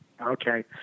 Okay